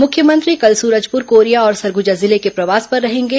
मुख्यमंत्री कल सूरजपुर कोरिया और सरगुजा जिले के प्रवास पर रहेंगे